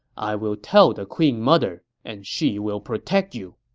i will tell the queen mother, and she will protect you.